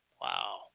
Wow